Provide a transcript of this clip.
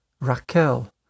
Raquel